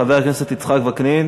חבר הכנסת יצחק וקנין